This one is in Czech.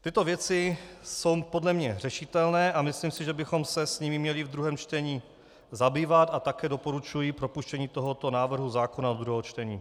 Tyto věci jsou podle mě řešitelné a myslím si, že bychom se jimi měli ve druhém čtení zabývat, a také doporučuji propuštění tohoto návrhu zákona do druhého čtení.